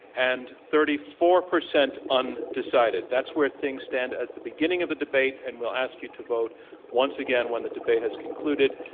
and thirty four percent undecided. that's where things stand at the beginning of the debate. and we'll ask yo u to vote once again when the debate has concluded.